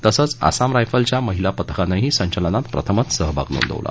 तसंच आसाम रायफल्सच्या महिला पथकानंही संचलनात प्रथमच सहभाग नोंदवला